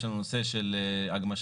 יש לנו נושא של הגמשת